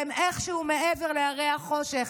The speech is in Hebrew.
והם איפשהו מעבר להרי החושך,